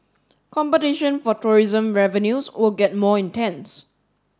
competition for tourism revenues will get more intense